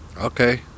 Okay